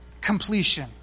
completion